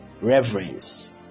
reverence